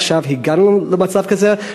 עכשיו הגענו למצב כזה,